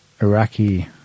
Iraqi